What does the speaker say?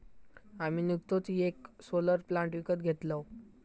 आम्ही नुकतोच येक सोलर प्लांट विकत घेतलव